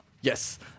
Yes